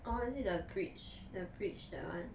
orh is it the bridge the bridge that one